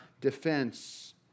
defense